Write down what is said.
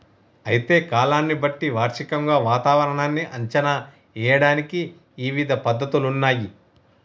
అయితే కాలాన్ని బట్టి వార్షికంగా వాతావరణాన్ని అంచనా ఏయడానికి ఇవిధ పద్ధతులున్నయ్యి